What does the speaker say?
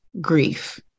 grief